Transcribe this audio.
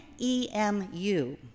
EMU